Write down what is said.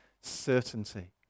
certainty